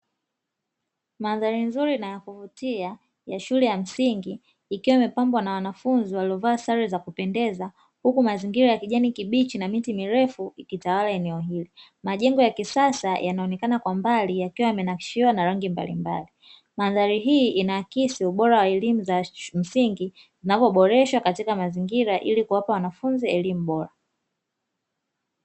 Mandari nzuri na ya kuvutia ya shule ya msingi, ikiwa imepabwa na wanafunzi waliovaa sare za kupendeza. Huku mazingira ya kijani kibichi na miti mirefu ikitawala eneo hilo. Majengo ya kisasa yanaonekana kwa mbali yakiwa yamenakishiwa na rangi mbalimbali. Mandhari hii inaakisi ubora wa elimu za msingi zinavyoboreshwa katika mazingira ili kuwapa wanafunzi elimu bora.